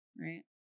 Right